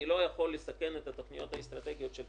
עוד נקודה אחת שחשוב לי מאוד להבהיר.